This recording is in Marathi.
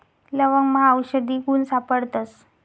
लवंगमा आवषधी गुण सापडतस